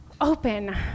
open